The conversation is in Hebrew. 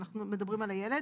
אנחנו מדברים פה על הילד,